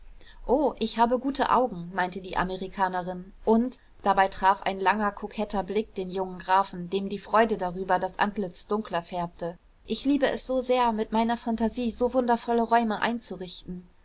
oh ich habe gute augen meinte die amerikanerin und dabei traf ein langer koketter blick den jungen grafen dem die freude darüber das antlitz dunkler färbte ich liebe es so sehr mit meiner phantasie so wundervolle räume einzurichten